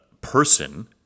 person